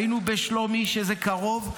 היינו בשלומי, שזה קרוב.